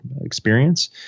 experience